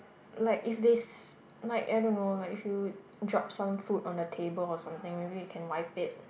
like if they s~ like I don't know like if you drop some food on the table or something maybe you can wipe it